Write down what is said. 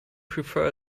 prefer